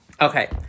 Okay